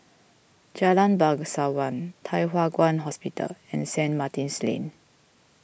Jalan Bangsawan Thye Hua Kwan Hospital and Saint Martin's Lane